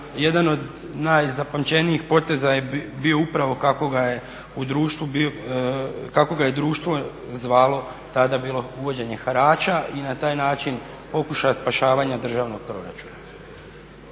jedan od najzapamćenijih poteza je bio upravo kako ga je društvo zvalo tada bilo uvođenje harača i na taj način pokušaja spašavanja državnog proračuna.